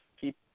keep